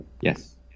Yes